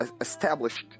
established